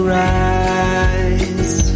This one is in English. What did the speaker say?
rise